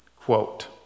quote